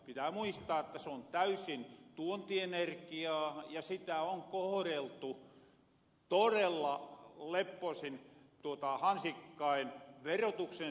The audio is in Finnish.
pitää muistaa että se on täysin tuontienergiaa ja sitä on kohoreltu todella leppoosin hansikkain verotuksen suhteen